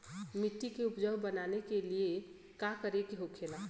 मिट्टी के उपजाऊ बनाने के लिए का करके होखेला?